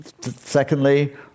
Secondly